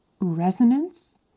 resonance